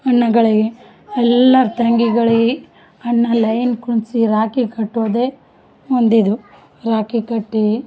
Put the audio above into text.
ಅಣ್ಣಗಳಿಗೆ ಎಲ್ಲಾರು ತಂಗಿಗಳು ಅಣ್ಣ ಲೈನ್ ಕೂರ್ಸಿ ರಾಕಿ ಕಟ್ಟೋದೇ ಒಂದಿದು ರಾಕಿ ಕಟ್ಟೀ